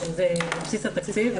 זה בסיס התקציב,